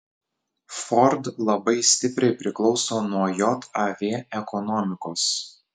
ford labai stipriai priklauso nuo jav ekonomikos